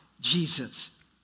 Jesus